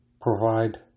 provide